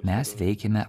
mes veikiame